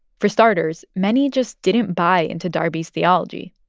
for starters, many just didn't buy into darby's theology.